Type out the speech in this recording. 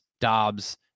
Dobbs